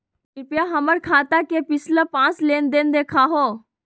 कृपया हमर खाता के पिछला पांच लेनदेन देखाहो